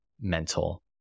mental